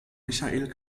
michael